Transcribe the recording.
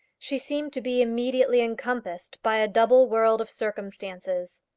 she seemed to be immediately encompassed by a double world of circumstances.